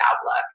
outlook